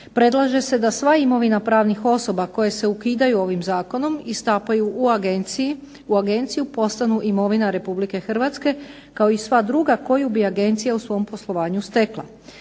Predlaže se da sva imovina pravnih osoba koje se ukidaju ovim zakonom i stapaju u Agenciju postanu imovina Republike Hrvatske kao i sva druga koju bi Agencija u svom poslovanju stekla.